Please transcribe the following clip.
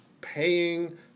paying